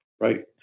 Right